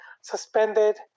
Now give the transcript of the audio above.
suspended